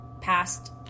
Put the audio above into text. past